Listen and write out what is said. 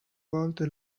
volte